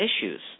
issues